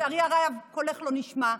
יש לנו עוד כמה חוקים,